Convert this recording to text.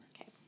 Okay